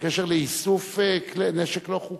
בקשר לאיסוף נשק לא חוקי?